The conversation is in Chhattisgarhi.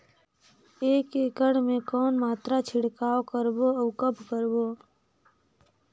एक एकड़ मे के कौन मात्रा छिड़काव करबो अउ कब करबो?